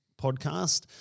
podcast